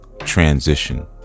transition